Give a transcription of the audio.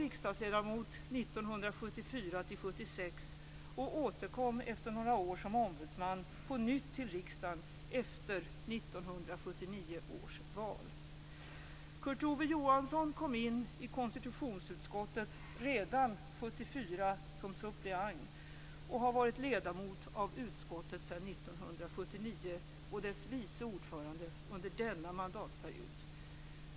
1976 och kom efter några år som ombudsman på nytt till riksdagen efter 1979 års val. Kurt Ove Johansson kom in i konstitutionsutskottet redan 1974 som suppleant och har varit ledamot av utskottet sedan 1979 och dess vice ordförande under denna mandatperiod.